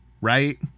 right